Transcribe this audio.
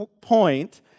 point